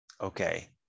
Okay